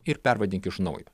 ir pervadink iš naujo